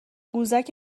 قوزک